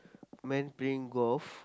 man playing golf